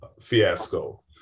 fiasco